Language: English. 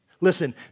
Listen